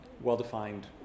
well-defined